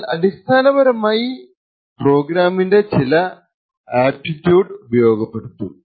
എന്നാൽ അടിസ്ഥാനപരമായി ആ പ്രോഗ്രാമ്മിന്റെ ചില ആറ്റ്റിബ്യൂട്ട്സ് ഉപയോഗപ്പെടുത്തും